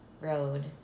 road